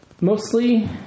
mostly